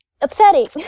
upsetting